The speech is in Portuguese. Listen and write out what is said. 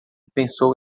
pensou